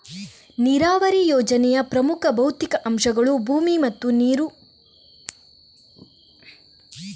ನೀರಾವರಿ ಯೋಜನೆಯ ಪ್ರಮುಖ ಭೌತಿಕ ಅಂಶಗಳು ಭೂಮಿ ಮತ್ತು ನೀರು